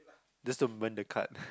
just don't burn the card